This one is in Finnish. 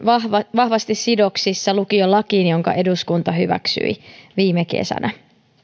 vahvasti sidoksissa lukiolakiin jonka eduskunta hyväksyi viime kesänä